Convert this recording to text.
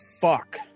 fuck